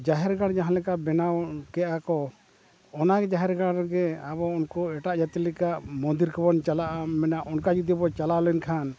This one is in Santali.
ᱡᱟᱦᱮᱨ ᱜᱟᱲ ᱡᱟᱦᱟᱸ ᱞᱮᱠᱟ ᱵᱮᱱᱟᱣ ᱠᱮᱜᱼᱟ ᱠᱚ ᱚᱱᱟ ᱡᱟᱦᱮᱨ ᱜᱟᱲ ᱨᱮᱜᱮ ᱟᱵᱚ ᱩᱱᱠᱩ ᱮᱴᱟᱜ ᱡᱟᱹᱛᱤ ᱞᱮᱠᱟ ᱢᱚᱱᱫᱤᱨ ᱠᱚᱵᱚᱱ ᱪᱟᱞᱟᱜᱼᱟ ᱢᱮᱱᱟ ᱚᱱᱠᱟ ᱡᱩᱫᱤ ᱵᱚᱱ ᱪᱟᱞᱟᱜᱼᱟ ᱢᱮᱱᱠᱷᱟᱱ